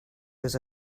was